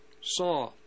saw